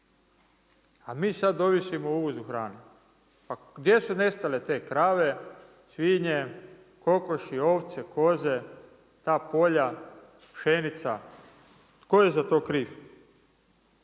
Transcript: A mi sad ovisimo o uvozu hrane. Pa gdje su nestale te krave, svinje, kokoši ovce, koze, ta polja, pšenica. Tko je za to kriv?